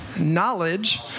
knowledge